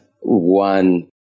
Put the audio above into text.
one